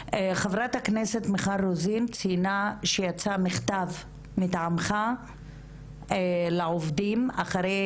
חברת הכנסת מיכל רוזין ציינה שיצא מכתב מטעמך לעובדים אחרי